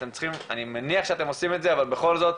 ואני מניח שאתם עושים את זה אבל בכל זאת,